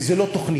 וזו לא תוכנית,